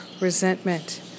resentment